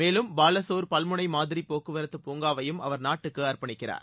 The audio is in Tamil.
மேலும் பாலசோர் பல்முனை மாதிரி போக்குவரத்துப்பூங்காவையும் அவர் நாட்டுக்கு அர்ப்பனிக்கிறார்